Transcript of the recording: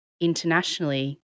internationally